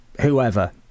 whoever